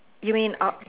you mean I